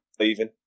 leaving